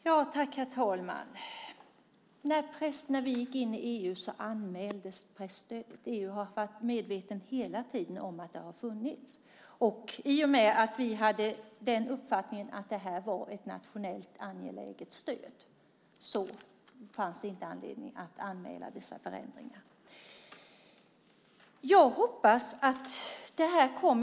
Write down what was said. Herr talman! När vi gick med i EU anmäldes presstödet. EU har hela tiden varit medvetet om att det har funnits, och i och med att vi hade uppfattningen att det var ett nationellt angeläget stöd fanns det inte anledning att anmäla vissa förändringar.